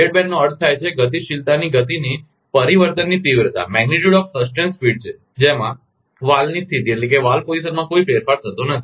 dead બેન્ડનો અર્થ થાય છે ગતિશીલતાની ગતિની પરિવર્તનની તીવ્રતા જેમાં વાલ્વની સ્થિતિમાં કોઈ ફેરફાર થતો નથી